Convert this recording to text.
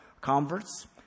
converts